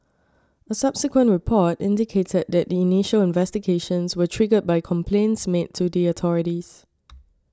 a subsequent report indicated that the initial investigations were triggered by complaints made to the authorities